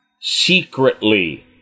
Secretly